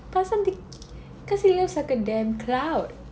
pasal dia cause he looks like a damn cloud